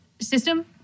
system